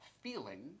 feeling